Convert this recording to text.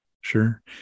Sure